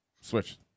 Switch